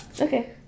okay